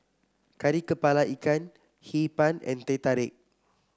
Kari kepala Ikan Hee Pan and Teh Tarik